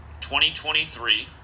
2023